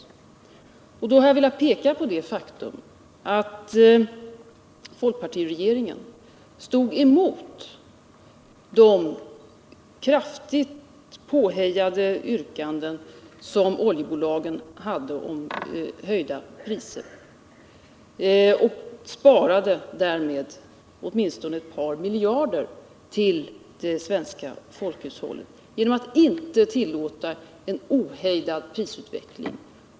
I det avseendet har jag velat peka på det faktum att folkpartiregeringen stod emot oljebolagens kraftigt påhejade yrkanden om höjda priser, och därmed sparade vi åtminstone ett par miljarder till det svenska folkhushållet. Vi gjorde det genom att inte tillåta en ohejdad prisutveckling.